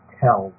tell